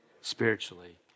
spiritually